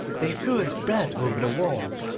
they threw us bread over the walls,